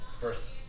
first